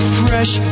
fresh